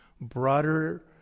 broader